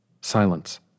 Silence